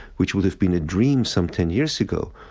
which would have been a dream some ten years ago.